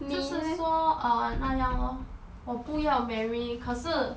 就是说 uh 那样 lor 我不要 marry 可是